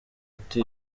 ati